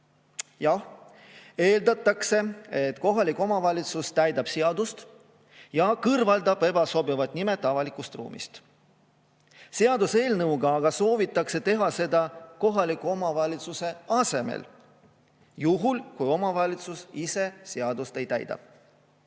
eeldatakse, et kohalik omavalitsus täidab seadust ja kõrvaldab ebasobivad nimed avalikust ruumist. Seaduseelnõuga aga soovitakse teha seda kohaliku omavalitsuse asemel, juhul kui omavalitsus ise seadust ei täida.